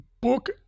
book